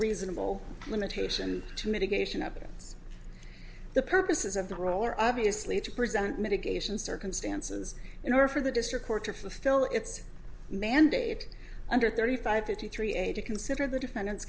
reasonable limitation to mitigation evidence the purposes of the roller obviously to present mitigation circumstances in order for the district court to fulfill its mandate under thirty five fifty three eight to consider the defendant's